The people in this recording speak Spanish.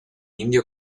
indio